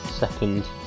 second